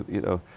you know,